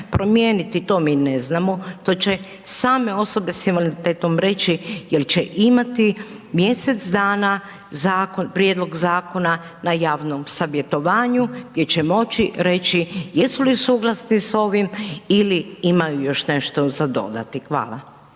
promijeniti to mi ne znamo, to će same osobe s invaliditetom reći jer će imati mjesec dana prijedlog zakona na javnom savjetovanju gdje će moći reći jesu li suglasni s ovim ili imaju još nešto za dodati. Hvala.